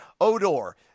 Odor